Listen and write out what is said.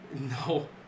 no